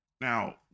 Now